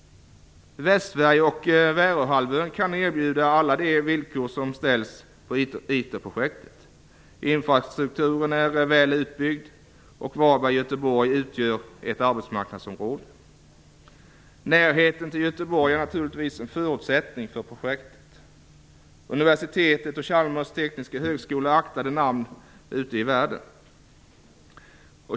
Västsverige och Väröhalvön kan uppfylla alla de villkor som ställs på ITER-projektet. Infrastrukturen är väl utbyggd, och Varberg-Göteborg utgör ett arbetsmarknadsområde. Närheten till Göteborg är naturligtvis en förutsättning för projektet. Universitetet och Chalmers tekniska högskola är aktade namn ute i världen.